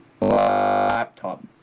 laptop